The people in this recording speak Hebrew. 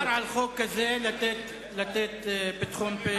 מדובר על חוק כזה, לתת פתחון פה גם לנו.